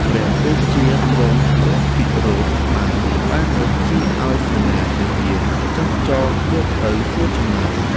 ព្រះរាជាទ្រង់ព្រះពិរោធខ្លាំង បានបញ្ជាឲ្យសេនាទាហានចាប់ចងយកទៅសួរចម្លើយ។